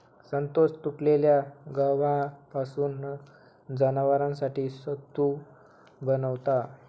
संतोष तुटलेल्या गव्हापासून जनावरांसाठी सत्तू बनवता